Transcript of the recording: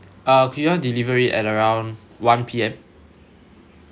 uh could y'all delivery at around one P_M